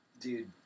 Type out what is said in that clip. Dude